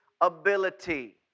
ability